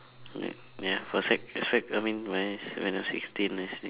ya ya for sec sec I mean when I I was sixteen last year